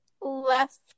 left